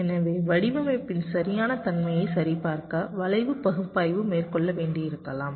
எனவே வடிவமைப்பின் சரியான தன்மையை சரிபார்க்க வளைவு பகுப்பாய்வை மேற்கொள்ள வேண்டியிருக்கலாம்